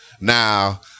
Now